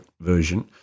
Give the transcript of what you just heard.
version